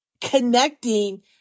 connecting